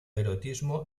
erotismo